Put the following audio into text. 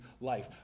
life